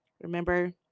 remember